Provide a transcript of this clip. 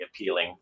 appealing